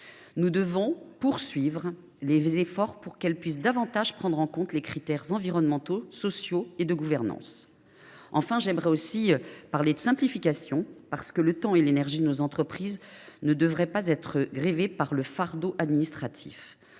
Nous devons poursuivre nos efforts pour que soient davantage pris en compte les critères environnementaux, sociaux et de gouvernance. Enfin, je souhaite parler de simplification, parce que le temps et l’énergie de nos entreprises ne devraient pas être grevés par le fardeau administratif.